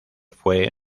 fue